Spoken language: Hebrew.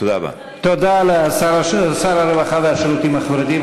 תודה רבה תודה לשר הרווחה והשירותים החברתיים,